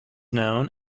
known